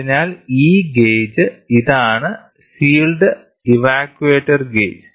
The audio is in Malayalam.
അതിനാൽ ഈ ഗേജ് ഇതാണ് സീൽഡ് ഇവാക്വറ്റഡ് ഗേജ്